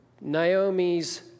Naomi's